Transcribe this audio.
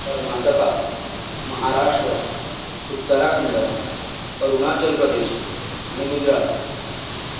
कर्नाटका महाराष्ट्र उत्तराखंड अरूणाचल प्रदेश आनी गुजरात